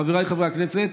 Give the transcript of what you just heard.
חבריי חברי הכנסת,